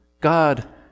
God